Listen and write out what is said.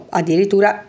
addirittura